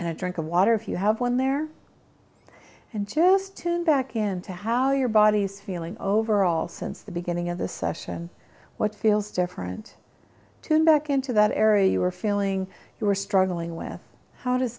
and a drink of water if you have one there and just tune back into how your body is feeling overall since the beginning of the session what feels different to back into that area you were feeling you were struggling with how does